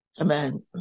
Amen